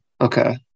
okay